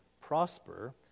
prosper